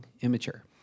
Immature